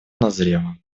назрело